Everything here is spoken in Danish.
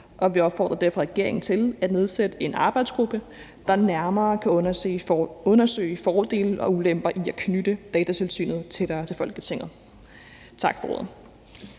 og vi opfordrer derfor regeringen til at nedsætte en arbejdsgruppe, der nærmere kan undersøge fordele og ulemper ved at knytte Datatilsynet tættere til Folketinget. Tak for ordet.